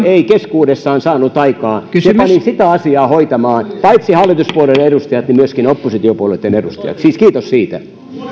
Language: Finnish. ei keskuudessaan saanut aikaan se pani sitä asiaa hoitamaan paitsi hallituspuolueiden edustajat myöskin oppositiopuolueitten edustajat siis kiitos siitä